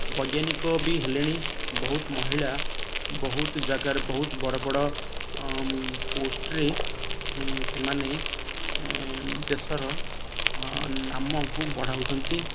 ବୈଜ୍ଞାନିକ ବି ହେଲେଣି ବହୁତ ମହିଳା ବହୁତ ଜାଗାରେ ବହୁତ ବଡ଼ ବଡ଼ ପୋଷ୍ଟ୍ରେ ସେମାନେ ଦେଶର ନାମକୁ ବଢ଼ାଉଛନ୍ତି